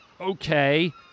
okay